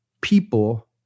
people